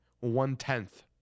one-tenth